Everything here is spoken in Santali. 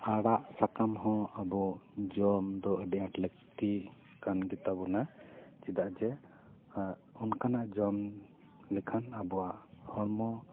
ᱟᱲᱟᱜ ᱥᱟᱠᱟᱢ ᱦᱚᱸ ᱟᱵᱚ ᱡᱚᱢ ᱫᱚ ᱟᱹᱰᱤ ᱟᱸᱴ ᱞᱟᱹᱠᱛᱤ ᱠᱟᱱᱜᱮᱛᱟ ᱵᱚᱱᱟ ᱪᱮᱫᱟᱜ ᱡᱮ ᱚᱱᱠᱟᱱᱟᱜ ᱡᱚᱢ ᱞᱮᱠᱷᱟᱱ ᱟᱵᱚᱣᱟᱜ ᱦᱚᱲᱢᱚ